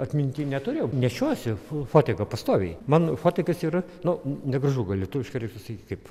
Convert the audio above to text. atminty neturiu nešiojuosi fotiką pastoviai man fotikas yra nu negražu ga lietuviškai reik pasakyti kaip